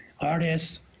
artists